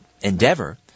endeavor